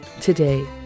today